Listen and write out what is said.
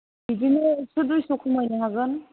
बिदिनो एकस' दुइस' खमायनो हागोन